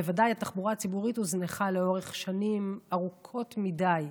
בוודאי התחבורה הציבורית הוזנחה לאורך שנים ארוכות מדי.